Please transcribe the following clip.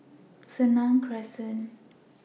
Senang Crescent